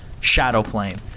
Shadowflame